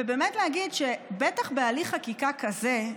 ובאמת להגיד שבטח בהליך חקיקה כזה,